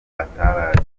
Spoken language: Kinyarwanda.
atari